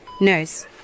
Nurse